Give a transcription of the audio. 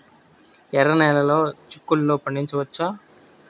ఎర్ర నెలలో చిక్కుల్లో పండించవచ్చా?